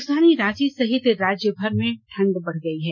राजधानी रांची सहित राज्यभर में ठंड बढ़ गई है